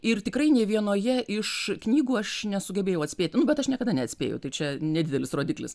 ir tikrai nė vienoje iš knygų aš nesugebėjau atspėti bet aš niekada neatspėju tai čia nedidelis rodiklis